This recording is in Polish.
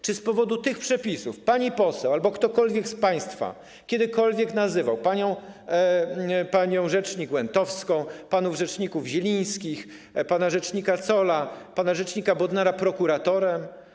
Czy z powodu tych przepisów pani poseł albo ktokolwiek z państwa kiedykolwiek nazywał panią rzecznik Łętowską, panów rzeczników Zielińskich, pana rzecznika Zolla, pana rzecznika Bodnara prokuratorem?